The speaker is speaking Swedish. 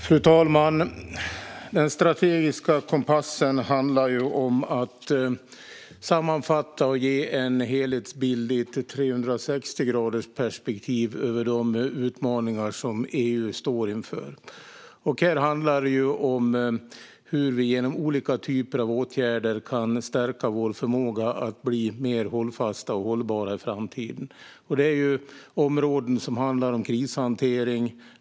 Fru talman! Den strategiska kompassen handlar om att sammanfatta och ge en helhetsbild i 360 graders perspektiv över de utmaningar som EU står inför. Här handlar det om hur vi genom olika typer av åtgärder kan stärka vår förmåga att bli mer hållfasta och hållbara i framtiden. Det är områden som handlar om krishantering.